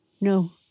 no